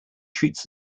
treats